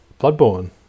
bloodborne